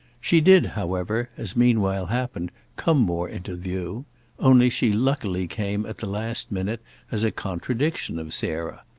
she did however, as meanwhile happened, come more into view only she luckily came at the last minute as a contradiction of sarah.